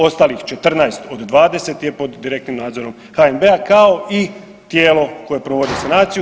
Ostalih 14 od 20 je pod direktnim nadzorom HNB-a kao i tijelo koje provodi sanaciju.